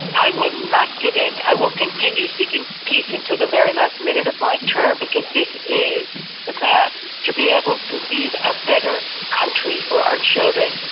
i will not give in, i will continue seeking peace until the very last minute of my term because this is the path to be able to leave a better country for our children.